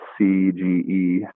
CGE